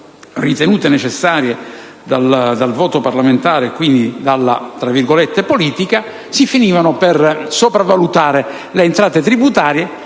ritenute necessarie dal voto parlamentare, quindi dalla politica, si finiva per sopravvalutare le entrate tributarie,